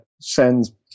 sends